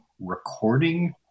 recording